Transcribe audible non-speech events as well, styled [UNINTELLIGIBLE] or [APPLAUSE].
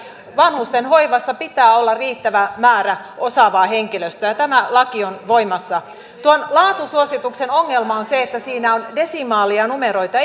vanhusten hoivassa pitää olla riittävä määrä osaavaa henkilöstöä tämä laki on voimassa tuon laatusuosituksen ongelma on se että siinä on desimaaleja ja numeroita [UNINTELLIGIBLE]